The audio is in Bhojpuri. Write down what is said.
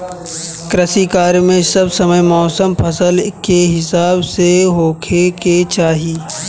कृषि कार्य मे सब समय मौसम फसल के हिसाब से होखे के चाही